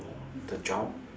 the job